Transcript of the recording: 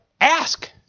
ask